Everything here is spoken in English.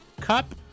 Cup